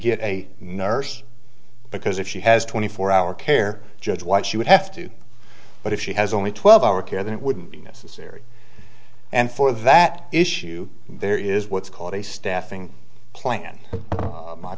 get a nurse because if she has twenty four hour care judge why she would have to but if she has only twelve hour care then it wouldn't be necessary and for that issue there is what's called a staffing plan my